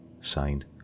signed